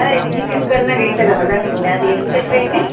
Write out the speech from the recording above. ಅಲ್ಲ ಇಲ್ಲಿ ಚಿಕ್ಕುನ್ಕಲ್ನಾಗ ಐತಲ್ಲಾ ಹೊಲ ನಿಮ್ಮದು ಅದು ಎಷ್ಟು ಎಕ್ರೆ ಐತಿ